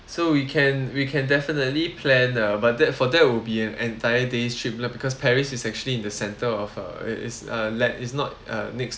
so we can we can definitely plan the but that for that would be an entire day's trip lah because paris is actually in the centre of uh it is a like is not uh next